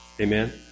Amen